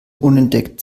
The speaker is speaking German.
unentdeckt